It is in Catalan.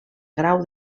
grau